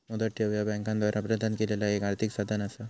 मुदत ठेव ह्या बँकांद्वारा प्रदान केलेला एक आर्थिक साधन असा